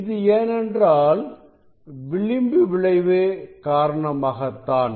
இது ஏனென்றால் விளிம்பு விளைவு காரணமாகத்தான்